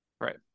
right